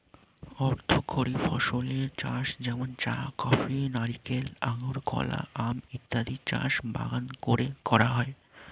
অর্থকরী ফসলের চাষ যেমন চা, কফি, নারিকেল, আঙুর, কলা, আম ইত্যাদির চাষ বাগান করে করা হয়